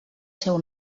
seu